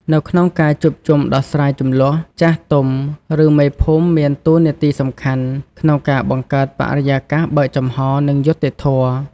នៅក្នុងការជួបជុំដោះស្រាយជម្លោះ ចាស់ទុំ ឬមេភូមិមានតួនាទីសំខាន់ក្នុងការបង្កើតបរិយាកាសបើកចំហ និងយុត្តិធម៌។